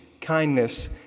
kindness